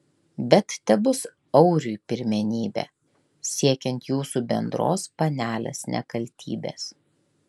bet tebus auriui pirmenybė siekiant jūsų bendros panelės nekaltybės